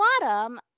bottom